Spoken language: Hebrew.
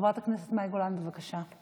חברת הכנסת מאי גולן, בבקשה.